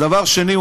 דבר שני,